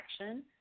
action